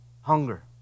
Hunger